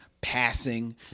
passing